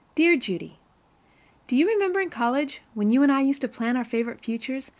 dear judy do you remember in college, when you and i used to plan our favorite futures,